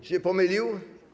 Czy się pomylił?